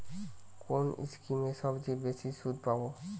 কোন স্কিমে সবচেয়ে বেশি সুদ পাব?